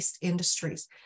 industries